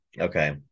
Okay